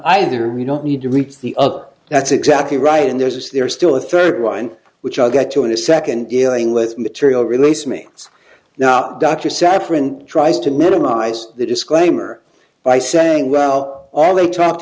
either you don't need to reach the uk that's exactly right and there's there is still a third one which i'll get to in a second dealing with material released me now dr saffron tries to minimize the disclaimer by saying well all they talked